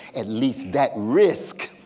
at least that risk